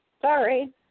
Sorry